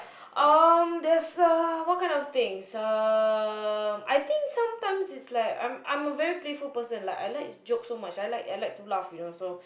um there's a what kind of things um I think sometimes it's like I'm I'm a very playful person like I like jokes so much I like I like to laugh you know so